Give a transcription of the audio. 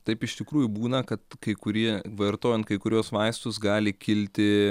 taip iš tikrųjų būna kad kai kurie vartojant kai kuriuos vaistus gali kilti